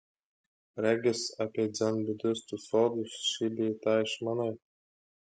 regis apie dzenbudistų sodus šį bei tą išmanai